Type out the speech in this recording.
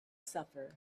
suffer